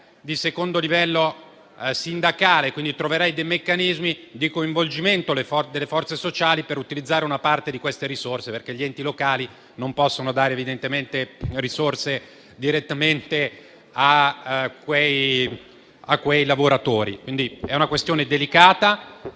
di secondo livello sindacale, trovando dei meccanismi di coinvolgimento delle forze sociali per utilizzare una parte di tali risorse perché gli enti locali non possono dare risorse direttamente a quei lavoratori. Si tratta quindi di una questione delicata.